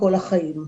כל החיים.